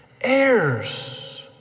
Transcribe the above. Heirs